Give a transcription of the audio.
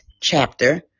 chapter